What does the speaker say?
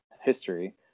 history